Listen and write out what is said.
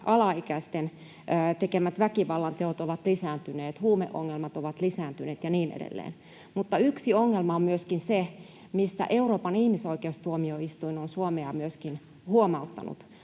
alaikäisten tekemät väkivallanteot ovat lisääntyneet, huumeongelmat ovat lisääntyneet ja niin edelleen, mutta yksi ongelma on myöskin se — mistä Euroopan ihmisoikeustuomioistuin on Suomea myöskin huomauttanut